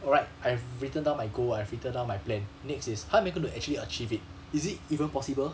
alright I've written down my goal I've written down my plan next is how am I going to actually achieve it is it even possible